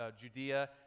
Judea